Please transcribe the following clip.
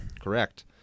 Correct